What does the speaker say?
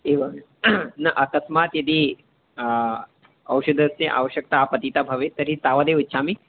एवं न अकस्मात् यदि औषधस्य आवश्यकता आपतिता भवेत् तर्हि तावदेव इच्छामि